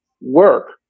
work